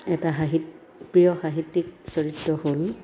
এটা সাহিত্যি প্ৰিয় সাহিত্যিক চৰিত্ৰ হ'ল